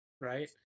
Right